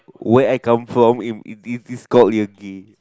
where I come from in in this called